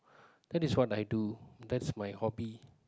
that is what I do that's my hobby